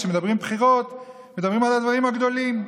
כשמדברים בחירות מדברים על הדברים הגדולים,